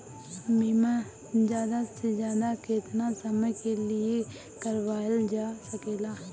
बीमा ज्यादा से ज्यादा केतना समय के लिए करवायल जा सकेला?